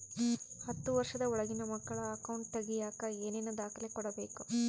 ಹತ್ತುವಷ೯ದ ಒಳಗಿನ ಮಕ್ಕಳ ಅಕೌಂಟ್ ತಗಿಯಾಕ ಏನೇನು ದಾಖಲೆ ಕೊಡಬೇಕು?